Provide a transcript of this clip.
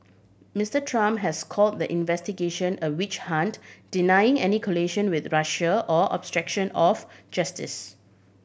Mister Trump has call the investigation a witch hunt denying any collusion with Russia or obstruction of justice